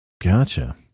Gotcha